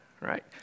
right